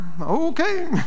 okay